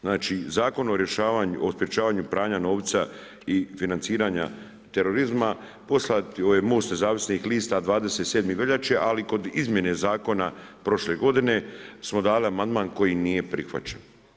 Znači, Zakon o sprečavanju pranja novca i financiranja terorizma poslat ... nezavisnih lista 27. veljače, ali kod izmjene Zakona prošle godine smo dali amandman koji nije prihvaćen.